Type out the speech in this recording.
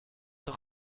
doch